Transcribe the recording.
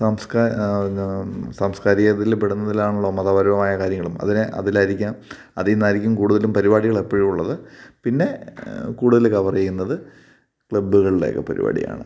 സാംസ്കാരിക ഇതിൽ പെടുന്നതാണല്ലോ മതപരമായ കാര്യങ്ങളും അതിനെ അതിലായിരിക്കാം അതിൽനിന്നായിരിക്കും കൂടുതലും പരിപാടികളെപ്പോഴുമുള്ളത് പിന്നെ കൂടുതൽ കവർ ചെയ്യുന്നത് ക്ലബ്ബുകളുടെയൊക്കെ പരിപാടിയാണ്